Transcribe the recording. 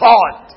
God